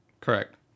Correct